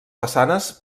façanes